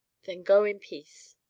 then go in peace.